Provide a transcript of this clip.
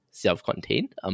self-contained